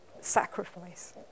sacrifice